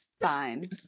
Fine